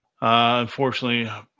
unfortunately